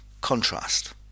contrast